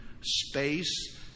space